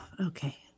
Okay